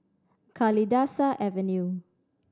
Kalidasa Avenue